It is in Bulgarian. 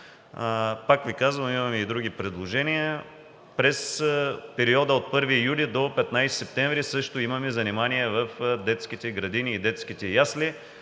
Пак Ви казвам, имаме и други предложения. През периода от 1 юли до 15 септември също имаме занимания в детските градини и детските ясли.